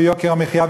ויוקר המחיה,